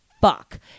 fuck